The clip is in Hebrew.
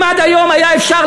אם עד היום היה אפשר,